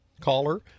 caller